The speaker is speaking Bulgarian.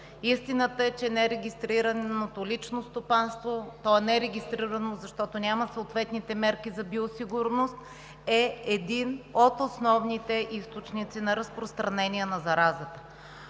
Истината е, че нерегистрираното лично стопанство – то не е регистрирано, защото няма съответните мерки за биосигурност, е един от основните източници на разпространение на заразата.